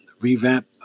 revamp